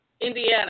Indiana